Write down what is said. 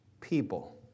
people